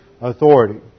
authority